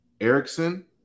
erickson